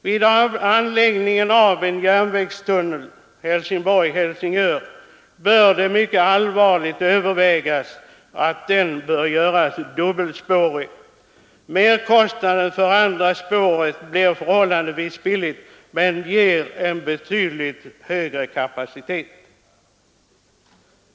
Vid anläggningen av en järnvägstunnel mellan Helsingborg och Helsingör bör mycket allvarligt övervägas att göra den dubbelspårig. Merkostnaden för andra spåret blir förhållandevis liten, men det skulle ge en betydligt högre kapacitet.